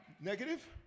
negative